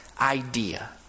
idea